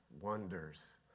wonders